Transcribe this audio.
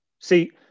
See